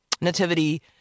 nativity